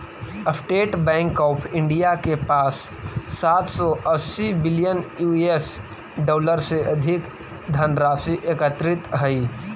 state Bank of India के पास सात सौ अस्सी बिलियन यूएस डॉलर से अधिक के धनराशि एकत्रित हइ